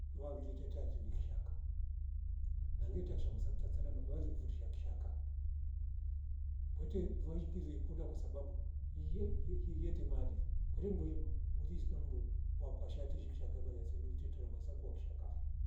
Vwa riliteta yateli kishaka na ngete aksha kusa tatari mamari kufundisha kishaka mbwete vulai ngiri ikunda kwasabu iye- ye- yeyetem maadili kwere mbweim kuriswa mndu wakwa shati zishki kishaka manyasindu tira mwesaku wekishaka vo